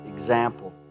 Example